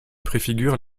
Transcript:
préfigure